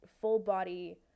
full-body